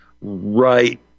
right